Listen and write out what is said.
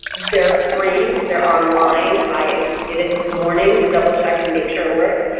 they're free, they're online, i did it this morning to double check and make sure it works,